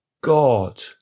God